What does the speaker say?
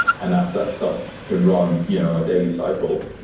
and that so stuff can run yeah on a daily cycle.